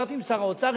דיברתי עם שר האוצר,